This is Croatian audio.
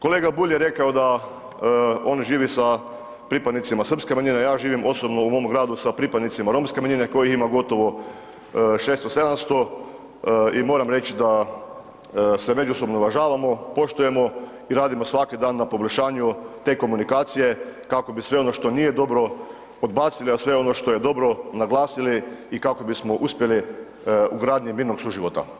Kolega Bulj je rekao da on živi sa pripadnicima srpske manjine, ja živim osobno u mom gradu sa pripadnicima romske manjine kojih ima gotovo 600, 700 i moram reć da se međusobno uvažavamo, poštujemo i radimo svaki dan na poboljšanju te komunikacije kako bi sve ono što nije dobro, odbacili a sve ono što je dobro, naglasili i kako bismo uspjeli u gradnji mirnog suživota.